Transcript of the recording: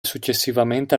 successivamente